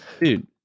dude